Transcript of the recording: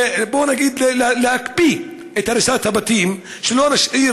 בוא נגיד, ולהקפיא את הריסת הבתים, שלא נשאיר